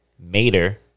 Mater